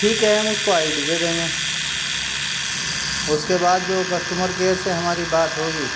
ٹھیک ہے ہم اس کو آئی ڈی دے دیں گے اس کے بعد جو کسٹمر کیئر سے ہماری بات ہوگی